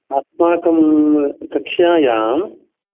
अस्माकं कक्ष्यायाम्